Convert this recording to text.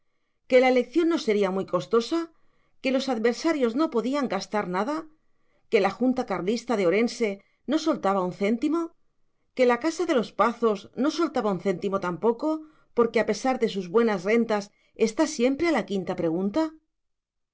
gran secretario que la elección no sería muy costosa que los adversarios no podían gastar nada que la junta carlista de orense no soltaba un céntimo que la casa de los pazos no soltaba un céntimo tampoco porque a pesar de sus buenas rentas está siempre a la quinta pregunta